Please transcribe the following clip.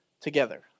together